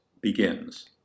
begins